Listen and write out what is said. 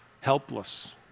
helpless